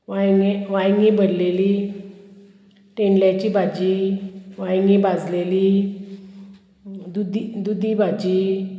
वांयगी वांयगी भरलेली तेंडल्याची भाजी वांयगी भाजलेली दुदी दुदी भाजी